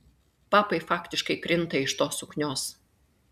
papai faktiškai krinta iš tos suknios